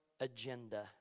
agenda